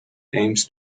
aims